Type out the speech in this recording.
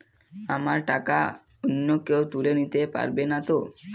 আমার টাকা অন্য কেউ তুলে নিতে পারবে নাতো?